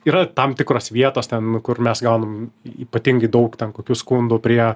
yra tam tikros vietos ten kur mes gaunam ypatingai daug ten kokių skundų prie